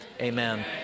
amen